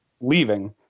leaving